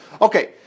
okay